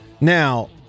Now